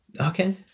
Okay